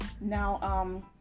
now